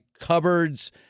cupboards